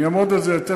אני אעמוד על זה תכף.